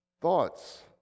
thoughts